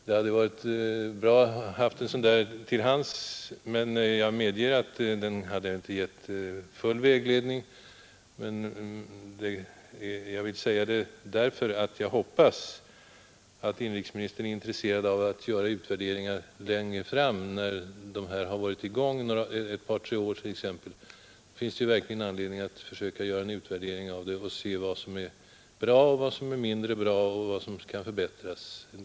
Det hade varit bra att ha en sådan utvärdering till hands, men jag medger samtidigt att den väl inte hade givit mer än en viss vägledning. Jag hoppas att inrikesministern är intresserad av att göra utvärderingar längre fram, t.ex. om ett par tre år. Då finns det säkerligen anledning att försöka se vad som är bra och vad som är mindre bra och kan förbättras.